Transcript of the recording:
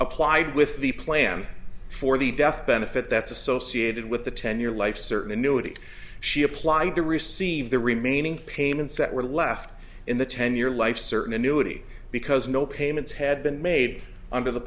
applied with the plan for the death benefit that's associated with the ten year life certain annuity she applied to receive the remaining payments that were left in the ten year life certain annuity because no payments had been made under the